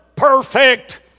perfect